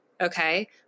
okay